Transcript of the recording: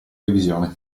revisione